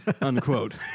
unquote